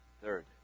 Third